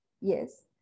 yes